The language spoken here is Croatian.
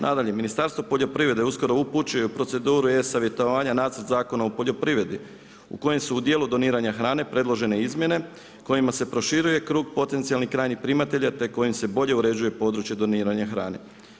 Nadalje, Ministarstvo poljoprivrede uskoro upućuje u proceduru e-savjetovanja nacrt Zakona o poljoprivredi u kojem su u djelu doniranje hrane predložene izmjene kojima se proširuje krug potencijalnih krajnjih primatelja te kojima se bolje uređuje područja doniranja hrane.